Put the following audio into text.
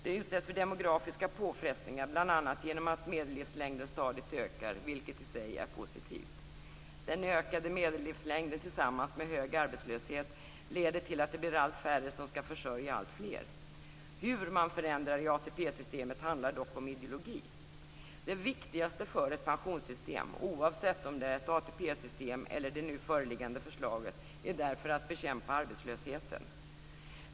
Det utsätts för demografiska påfrestningar bl.a. genom att medellivslängden stadigt ökar, vilket i sig är positivt. Den ökade medellivslängden tillsammans med hög arbetslöshet leder till att det blir allt färre som skall försörja allt fler. Hur man förändrar i ATP-systemet handlar dock om ideologi. Det viktigaste för ett pensionssystem - oavsett om det är ett ATP-system eller det nu föreliggande förslaget - är därför att bekämpa arbetslösheten.